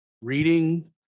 reading